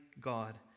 God